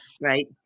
right